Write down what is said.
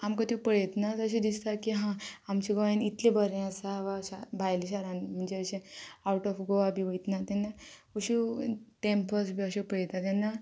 आमकां त्यो पळयतनात अशें दिसता की हा आमच्या गोंयान इतलें बरें आसा वा शा भायले शारान म्हणजे अशें आवट ऑफ गोवा बी वयतना तेन्ना अश्यो टँपल्स बी अश्यो पळयता तेन्ना